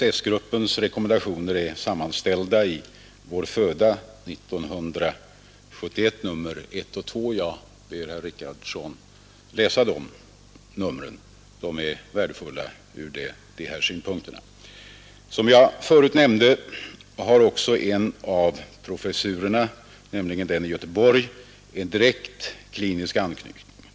ESS-gruppens rekommendationer är sammanställda i Vår föda 1971 nr 1 och 2. Jag ber herr Richardson läsa de numren. De är värdefulla ur dessa synpunkter. Som jag förut nämnde har också en av professurerna, nämligen den i Göteborg, en direkt klinisk anknytning.